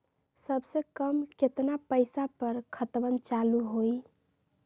सबसे कम केतना पईसा पर खतवन चालु होई?